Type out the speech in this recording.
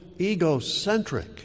egocentric